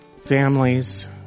families